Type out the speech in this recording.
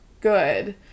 good